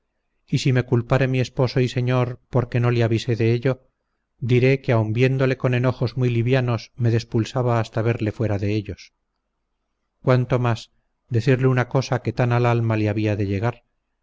y si me culpare mi esposo y señor porque no le avisé de ello diré que aun viéndole con enojos muy livianos me despulsaba hasta verle fuera de ellos cuanto más decirle una cosa que tan al alma le había de llegar